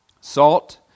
Salt